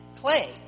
clay